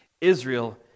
Israel